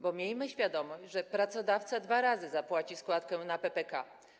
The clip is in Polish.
Bo miejmy świadomość, że pracodawca dwa razy zapłaci składkę na PPK.